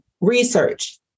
research